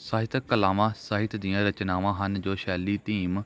ਸਾਹਿਤਕ ਕਲਾਵਾਂ ਸਾਹਿਤ ਦੀਆਂ ਰਚਨਾਵਾਂ ਹਨ ਜੋ ਸ਼ੈਲੀ ਥੀਮ